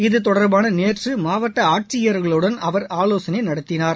இது தொடர்பான நேற்று மாவட்ட ஆட்சியர்களுடன் அவர் ஆலோசனை நடத்தினார்